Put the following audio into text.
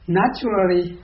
naturally